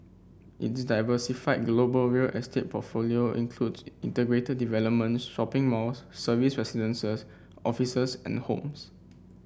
its diversified global real estate portfolio includes integrated development shopping malls serviced residences offices and homes